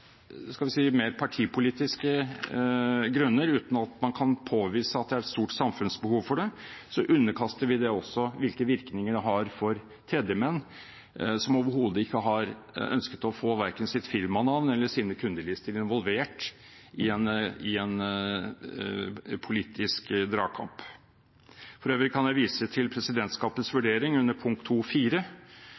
skal vi si – mer partipolitiske grunner. Uten at man kan påvise at det er et stort samfunnsbehov for det, underkaster vi det også hvilke virkninger det har for tredjemenn som overhodet ikke har ønsket å få verken sitt firmanavn eller sine kundelister involvert i en politisk dragkamp. For øvrig kan jeg vise til presidentskapets vurdering under punkt